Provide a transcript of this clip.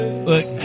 Look